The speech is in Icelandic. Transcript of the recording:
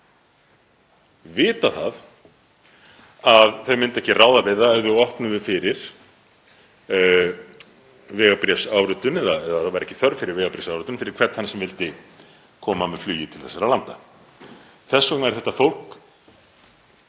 vita að þau myndu ekki ráða við það ef þau opnuðu fyrir vegabréfsáritun eða ef ekki væri þörf fyrir vegabréfsáritun fyrir hvern þann sem vildi koma með flugi til þessara landa. Þess vegna er þetta fólk